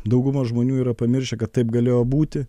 dauguma žmonių yra pamiršę kad taip galėjo būti